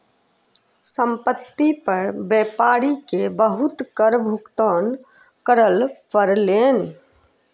संपत्ति पर व्यापारी के बहुत कर भुगतान करअ पड़लैन